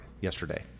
yesterday